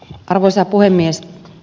arvoisa puhemies